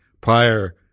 prior